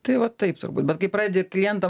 tai va taip turbūt bet kai pradedi ir klientam